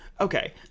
Okay